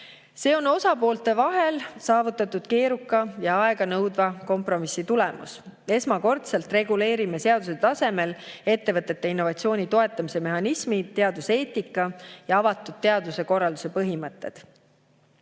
See on osapoolte vahel saavutatud keeruka ja aega nõudnud kompromissi tulemus. Esmakordselt reguleerime seaduse tasemel ettevõtete innovatsiooni toetamise mehhanisme, teaduseetikat ja avatud teaduse korralduse põhimõtteid.